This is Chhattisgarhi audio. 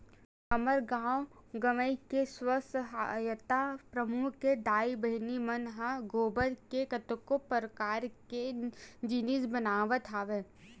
हमर गाँव गंवई के स्व सहायता समूह के दाई बहिनी मन ह गोबर ले कतको परकार के जिनिस बनावत हवय